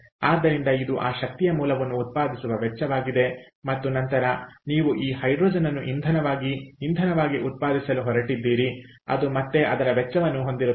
ಆದ್ದರಿಂದ ಇದು ಆ ಶಕ್ತಿಯ ಮೂಲವನ್ನು ಉತ್ಪಾದಿಸುವ ವೆಚ್ಚವಾಗಿದೆ ಮತ್ತು ನಂತರ ನೀವು ಈ ಹೈಡ್ರೋಜನ್ ಅನ್ನು ಇಂಧನವಾಗಿ ಇಂಧನವಾಗಿ ಉತ್ಪಾದಿಸಲು ಹೊರಟಿದ್ದೀರಿ ಅದು ಮತ್ತೆ ಅದರ ವೆಚ್ಚವನ್ನು ಹೊಂದಿರುತ್ತದೆ